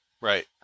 Right